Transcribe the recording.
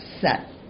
set